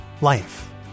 Life